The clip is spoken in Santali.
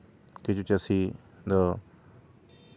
ᱠᱤᱪᱷᱩ ᱪᱟᱹᱥᱤ ᱫᱚ